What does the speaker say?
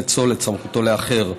לאצול את סמכותה לאחר.